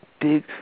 big